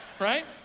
Right